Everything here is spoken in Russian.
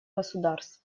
государств